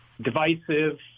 divisive